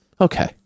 okay